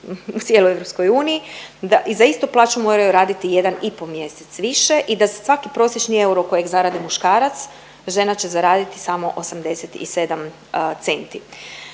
u cijeloj EU. Za istu plaću moraju raditi 1,5 mjesec više i da svaki prosječni euro kojeg zaradi muškarac, žena će zaraditi samo 87 centi.